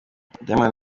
diamond